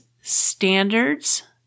standards